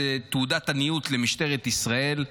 זו תעודת עניות למשטרת ישראל,